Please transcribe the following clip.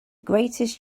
greatest